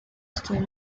still